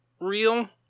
real